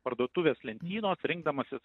parduotuvės lentynos rinkdamasis